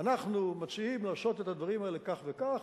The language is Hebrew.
אנחנו מציעים לעשות את הדברים האלה כך וכך,